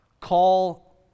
call